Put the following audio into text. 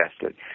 tested